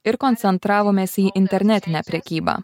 ir koncentravomės į internetinę prekybą